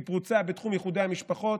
היא פרוצה בתחום איחודי המשפחות,